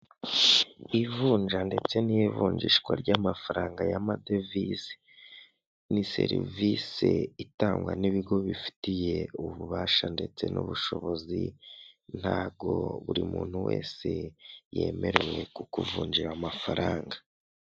Ivunja ndetse n'ivunjishwa ry'amafaranga y' amadevize, ni serivisi itangwa n'ibigo bifitiye ububasha ndetse n'ubushobozi, ntago buri muntu wese yemerewe kukuvunjira amafaranga.